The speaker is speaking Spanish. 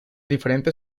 diferente